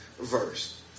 verse